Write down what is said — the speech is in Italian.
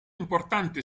importante